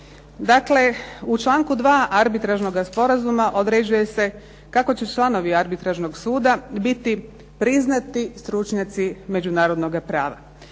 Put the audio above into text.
Dakle, u članku 2. arbitražnoga sporazuma određuje se kako će članovi arbitražnog suda biti priznati stručnjaci međunarodnoga prava.